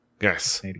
Yes